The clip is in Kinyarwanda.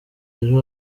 ejo